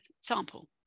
sample